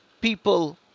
people